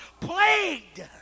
plagued